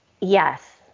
Yes